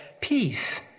peace